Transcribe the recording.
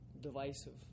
divisive